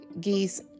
geese